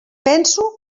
penso